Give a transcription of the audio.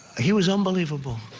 he was unbelievable.